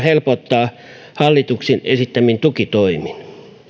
helpottaa hallituksen esittämin tukitoimin